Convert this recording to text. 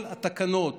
כל התקנות